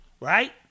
Right